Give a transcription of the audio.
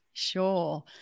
Sure